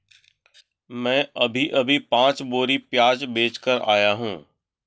मैं अभी अभी पांच बोरी प्याज बेच कर आया हूं